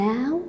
Now